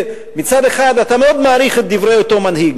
מצד אחד אתה מאוד מעריך את דברי אותו מנהיג,